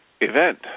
event